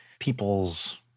people's